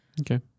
Okay